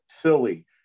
silly